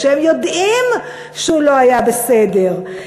כשהם יודעים שהוא לא היה בסדר.